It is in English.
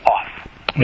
off